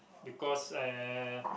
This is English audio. because uh